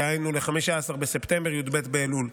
דהיינו ל-15 בספטמבר, י"ב באלול.